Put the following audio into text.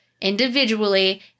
individually